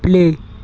play